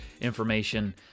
information